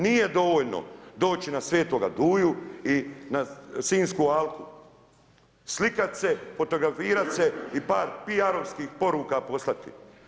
Nije dovoljno doći na svetoga Duju i na Sinjsku alku, slikat se, fotografirat se i par PR-ovskih poruka poslati.